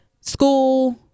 school